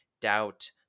Doubt